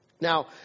Now